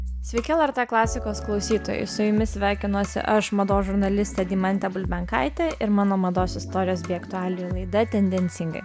sveiki lrt klasikos klausytojai su jumis sveikinuosi aš mados žurnalistė deimantė bulbenkaitė ir mano mados istorijos bei aktualijų laida tendencingai